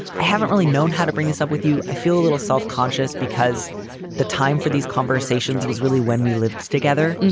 i haven't really known how to bring this up with you. i feel a little self-conscious because the time for these conversations was really when we lived together.